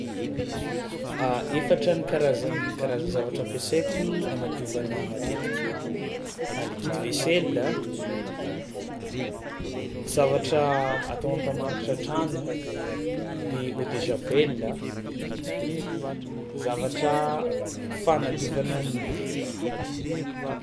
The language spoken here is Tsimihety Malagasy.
A efatra ny karazany karaza zavatra ampiasaiko anadiovana matetika: a liquide vaisselle, a- zavatra atao hampamangitra trano de eau de javel de zavatra fanadiovana ny vitra.